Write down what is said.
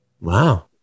Wow